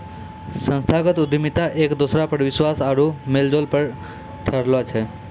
संस्थागत उद्यमिता एक दोसरा पर विश्वास आरु मेलजोल पर ठाढ़ो रहै छै